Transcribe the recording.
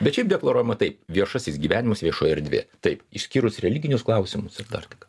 bet šiaip deklaruojama taip viešasis gyvenimas viešoji erdvė taip išskyrus religinius klausimus ir dar kai ką